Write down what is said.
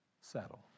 settle